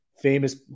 famous